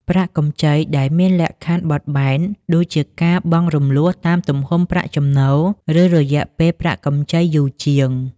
ប្រាក់កម្ចីដែលមានលក្ខខណ្ឌបត់បែនដូចជាការបង់រំលោះតាមទំហំប្រាក់ចំណូល ឬរយៈពេលប្រាក់កម្ចីយូរជាង ។